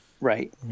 Right